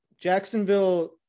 Jacksonville